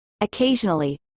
Occasionally